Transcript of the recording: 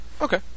Okay